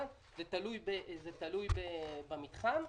כי אנחנו יודעים שעיקר הבירוקרטיה היא ברמ"י.